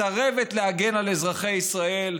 מסרבת להגן על אזרחי ישראל,